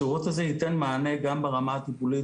השירות הזה ייתן מענה גם ברמה הטיפולית